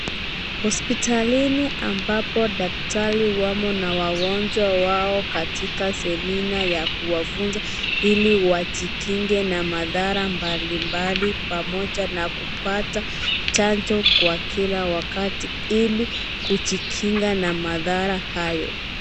Hospitalini ambapo daktari wamo na wagonjwa wao Katika semina ya kuwafunza Ili wajikinge na madhara mbalimbali pamoja na kupata chanjo kwa kila wakati ili kujikinga na madhara hayo.